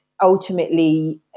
ultimately